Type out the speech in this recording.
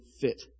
fit